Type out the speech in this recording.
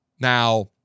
Now